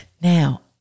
Now